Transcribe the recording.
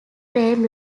tram